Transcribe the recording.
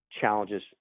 challenges